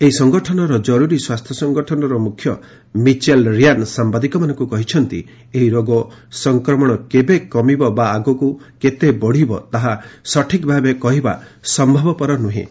ଏହି ସଂଗଠନର କରୁରୀ ସ୍ୱାସ୍ଥ୍ୟ ସଂଗଠନର ମ୍ରଖ୍ୟ ମିଚେଲ ରିଆନ୍ ସାମ୍ଘାଦିକମାନଙ୍କୁ କହିଛନ୍ତି ଏହି ରୋଗ ସଫକ୍ରମଣ କେବେ କମିବ ବା ଆଗକୁ କେତେ ବଢ଼ିବ ତାହା ସଠିକ୍ ଭାବେ କହିବା ସମ୍ଭବ ନ୍ନହେଁ